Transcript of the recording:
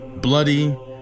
bloody